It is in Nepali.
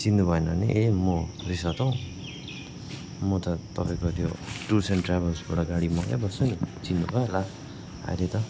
चिन्नु भएन भने ए म रिसत हो म त तपाईँको त्यो टुर्स एन्ड ट्राभल्सबाट गाडी मगाइ बस्छु नि चिन्नु भयो होला अहिले त